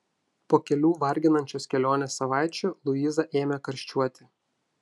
po kelių varginančios kelionės savaičių luiza ėmė karščiuoti